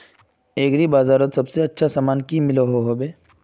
Agri बजारोत सबसे अच्छा सामान की मिलोहो होबे?